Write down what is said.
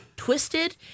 twisted